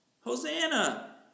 Hosanna